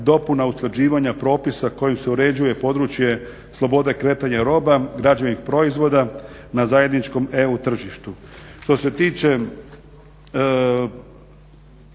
dopuna usklađivanja propisa kojim se uređuje područje slobode kretanja roba, građevnih proizvoda na zajedničkom EU tržištu.